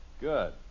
Good